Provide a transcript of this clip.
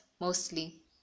mostly